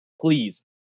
please